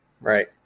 right